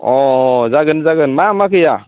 अ जागोन जागोन मा मा गैया